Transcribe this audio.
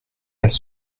elles